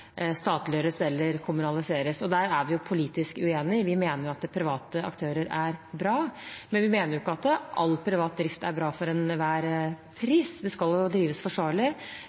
private aktører er bra. Men vi mener ikke at all privat drift er bra for enhver pris. Det skal jo drives forsvarlig,